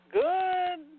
good